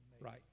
right